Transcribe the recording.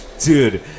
dude